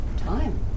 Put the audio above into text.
time